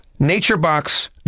NatureBox